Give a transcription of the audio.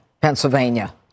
Pennsylvania